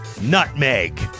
nutmeg